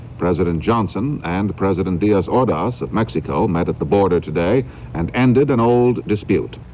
president johnson and president diaz ordaz of mexico met at the border today and ended an old dispute.